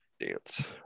dance